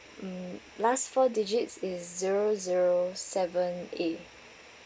mm last four digits is zero zero seven A